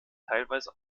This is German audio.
teilweise